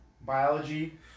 biology